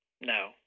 No